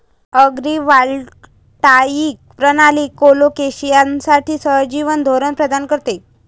agrivoltaic प्रणाली कोलोकेशनसाठी सहजीवन धोरण प्रदान करते